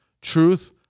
Truth